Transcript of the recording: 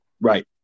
Right